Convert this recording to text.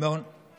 מה המספר